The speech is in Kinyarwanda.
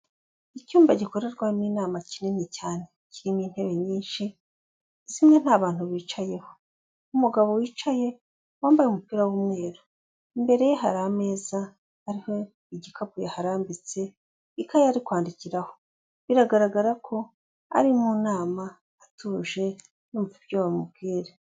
Icyumba gikorerwamo inama kinini cyane kirimo intebe nyinshi, zimwe nta bantu bicayeho. Umugabo wicaye wambaye umupira w'umweru. Imbere ye hari ameza ariho igikapu yaharambitse, ikaye ari kwandikiraho. Biragaragara ko ari mu nama atuje, yumva ibyo bamubwira.